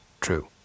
true